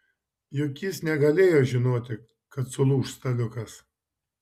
juk jis negalėjo žinoti kad sulūš staliukas